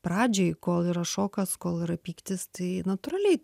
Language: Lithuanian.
pradžiai kol yra šokas kol yra pyktis tai natūraliai